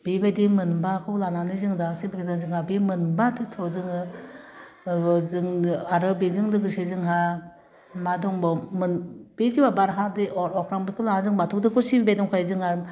बेबादि मोनबाखौ लानानै जों दा सिबियो जोंहा बे मोनबा थत्तखौ जोङो ओह जोङो आरो बेजों लोगोसे जोंहा मा दंबाव मोन बे जिउयाव बार हा दै अर अख्रां बेखौ लाना जों बाथौखौथ' सिबिबाय दंखायो जोंहा